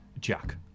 Jack